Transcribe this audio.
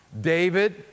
David